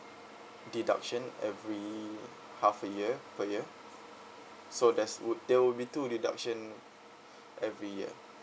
deduction every half a year per year so there's would there will be two deduction every year